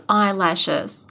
eyelashes